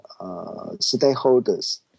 stakeholders